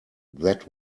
that